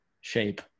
shape